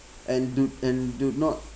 and do and do not